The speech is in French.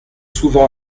souvent